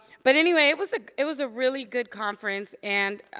but anyway it was like it was a really good conference. and